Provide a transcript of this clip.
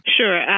Sure